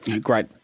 great